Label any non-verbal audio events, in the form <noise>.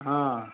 <unintelligible>